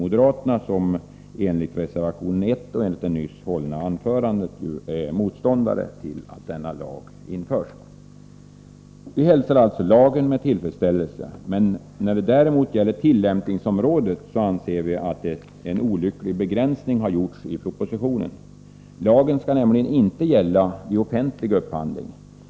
Moderaterna är, såsom framgår av reservation 1 och av det nyss hållna anförandet, motståndare till att denna lag införs. Vi hälsar alltså lagen med tillfredsställelse. När det däremot gäller tillämpningsområdet anser vi att en olycklig begränsning har gjorts i propositionen. Lagen skall nämligen inte gälla vid offentlig upphandling.